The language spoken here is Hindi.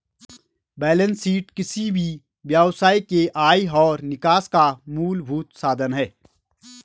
बेलेंस शीट किसी भी व्यवसाय के आय और निकास का मूलभूत साधन है